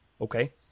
Okay